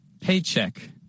Paycheck